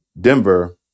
Denver